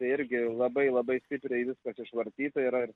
tai irgi labai labai stipriai viskas išvartyta yra